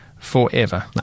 Forever